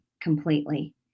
completely